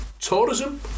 Tourism